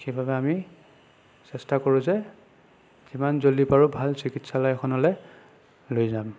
সেইবাবে আমি চেষ্টা কৰোঁ যে যিমান জল্ডি পাৰোঁ ভাল চিকিৎসাখনলৈ লৈ যাম